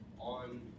on